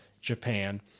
Japan